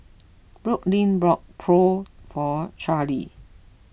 Brooklynn bought Pho for Charlee